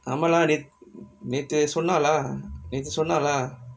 ஆமாலா நேத்து சொன்னாலா நேத்து சொன்னாலா:aamaalaa nethu sonnalaa nethu sonnalaa